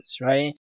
right